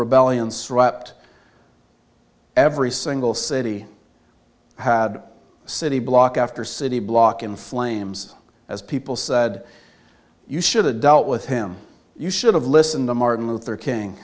rebellion swept every single city had city block after city block in flames as people said you should adult with him you should have listened to martin luther king